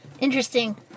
Interesting